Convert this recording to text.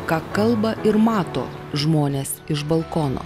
ką kalba ir mato žmonės iš balkono